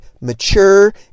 mature